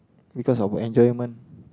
because of enjoyment